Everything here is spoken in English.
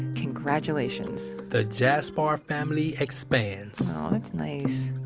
congratulations the jaspar family expands that's nice.